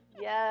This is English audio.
Yes